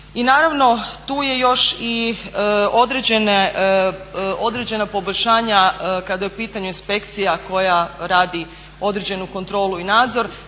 I naravno tu je još i određena poboljšanja kada je u pitanju inspekcija koja radi određenu kontrolu i nadzor.